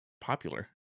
popular